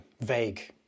vague